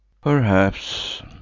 Perhaps